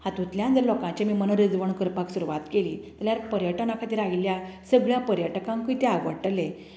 हातूंतल्यान जर लोकांचें मन रिजवण करपाक सुरवात केली जाल्यार पर्यटना खातीर राविल्ल्या सगल्या पर्यटकांकूय तें आवडटलें